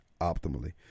optimally